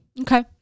Okay